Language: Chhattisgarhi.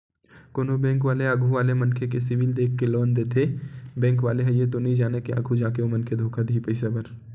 कोनो बेंक वाले आघू वाले मनखे के सिविल देख के लोन देथे बेंक वाले ह ये तो नइ जानय के आघु जाके ओ मनखे धोखा दिही पइसा बर